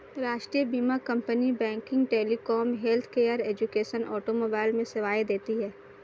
राष्ट्रीय बीमा company banking, telecom, healthcare, education, automobile में सेवाएं देती है